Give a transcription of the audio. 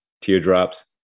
teardrops